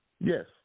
Yes